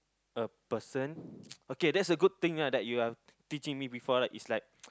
a person okay that's a good thing ah that you are teaching me before like is like